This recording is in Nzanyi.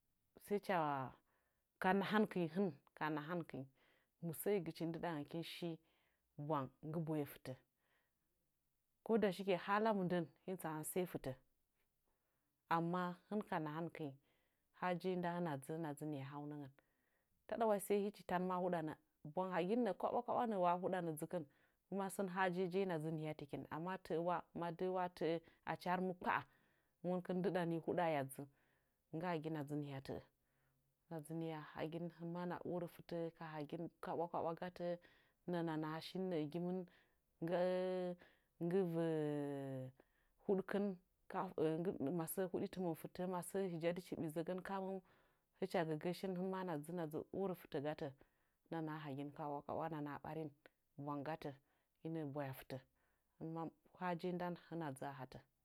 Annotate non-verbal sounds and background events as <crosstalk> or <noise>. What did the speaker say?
<unintelligible> ka nahankɨnyi hɨn, ka nahankɨnyi mɨsə'əo gɨchi hala boye fɨtə ko ndama halan boye fɨtə, amma hɨn ka nhankɨnyi, hajen nda hɨna dzɨ hɨna nihya haunəmən. Taɗa sai hɨchi tan nəə huɗanə, bwang hagin kaɓwakaɓwa nə'ə huɗana dzɨkɨn. Sən hajen wa hɨna dzɨ ni hayatɨkin amma tə'ə wa, ma tə'ə achi har mɨ kpa'a ndɨɗani huɗaa hiya dzɨ? Hɨna dzɨ nihya tə'ə, hɨna dzɨ nihya hagin kuma hɨna orə fɨtə ka hagin kaɓwa kaɓwa gatə, hɨna naha shin nə'ə gɨmɨn nggɨ nggɨ <hesitation> nggɨ və huɗkɨn, masəək huɗitɨməm fɨtə, hɨcha hɨjadi ɓizəgɨngən kaməm. Hɨn mad hɨna dzɨ orə fɨtə, hɨna naha hagin kaɓwakabwa. Hɨna naha ɓarin bwang gatə nəə bwaya fɨtə. Hajen ndan hɨna dzɨ a hatə.